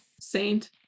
Saint